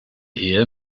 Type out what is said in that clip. ehe